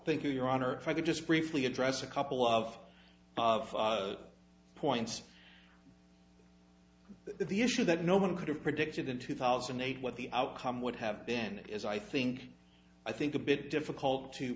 thank you your honor if i could just briefly address a couple of points the issue that no one could have predicted in two thousand and eight what the outcome would have been it is i think i think a bit difficult to